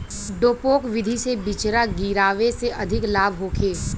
डेपोक विधि से बिचरा गिरावे से अधिक लाभ होखे?